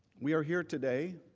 we are here today